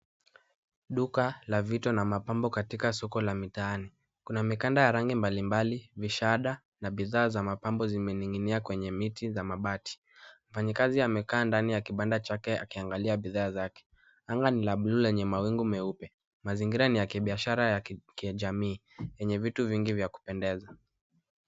Duka la vitu na mapambo katika soko la mitaani. Kuna mikanda ya rangi mbalimbali ,vishada na bidhaa za mapambo zimening'inia kwenye miti za mabati. Mfanyikazi amekaa ndani ya kibanda chake akiangalia bidhaa zake. Anga ni la buluu na mawingu meupe. Mazingira ni ya kibiashara ya kijamii yenye vitu vingi vya kupendeza.